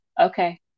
okay